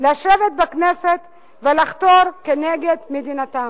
לשבת בכנסת ולחתור כנגד מדינתם.